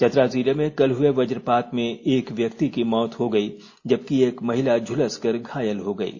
चतरा जिले में कल हुए वजपात में एक व्यक्ति की मौत हो गयी जबकि एक महिला झुलस कर घायल हो गयी